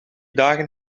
dagen